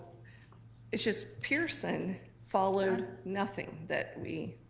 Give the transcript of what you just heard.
it's just pearson followed nothing that we,